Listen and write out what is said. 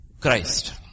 Christ